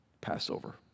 Passover